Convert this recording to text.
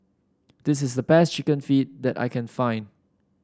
this is the best chicken feet that I can find